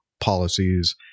policies